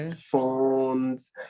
phones